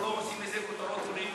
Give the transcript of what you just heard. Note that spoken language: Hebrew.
אנחנו לא עושים את זה למטרות פוליטיות.